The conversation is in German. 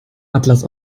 atlas